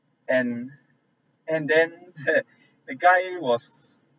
and and then the guy was